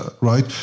right